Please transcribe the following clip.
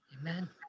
Amen